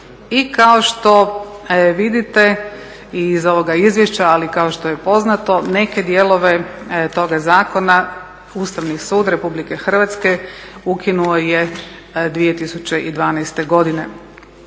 I kao što vidite i iz ovoga izvješća ali i kao što je poznato neke dijelove toga zakona Ustavni sud Republike Hrvatske ukinuo je 2012. godine.